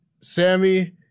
Sammy